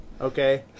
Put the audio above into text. okay